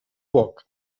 poc